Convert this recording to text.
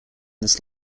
this